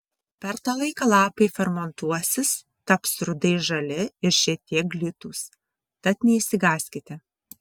per tą laiką lapai fermentuosis taps rudai žali ir šiek tiek glitūs tad neišsigąskite